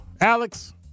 Alex